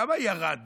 בכמה ירד